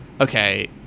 okay